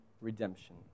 redemption